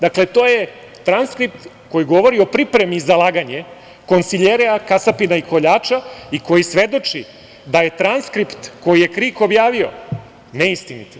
Dakle, to je transkript koji govori o pripremi za laganje konsiljerea, kasapina i koljača i koji svedoči da je transkript koji je KRIK objavio neistinit.